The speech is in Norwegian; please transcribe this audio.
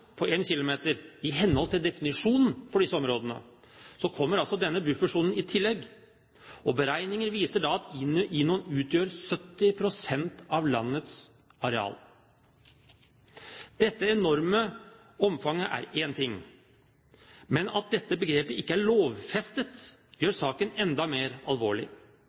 på 1 km i henhold til definisjonen for disse områdene, kommer altså denne buffersonen i tillegg. Beregninger viser da at INON utgjør 70 pst. av landets areal. Dette enorme omfanget er én ting. Men at dette begrepet ikke er lovfestet, gjør saken enda mer alvorlig.